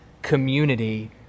community